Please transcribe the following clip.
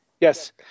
Yes